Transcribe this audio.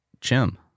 Jim